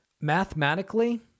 mathematically